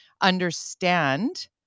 understand